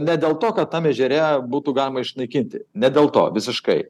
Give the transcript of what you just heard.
ne dėl to kad tam ežere būtų galima išnaikinti ne dėl to visiškai